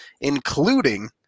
including